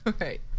Right